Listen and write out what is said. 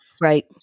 Right